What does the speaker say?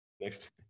Next